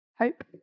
Hope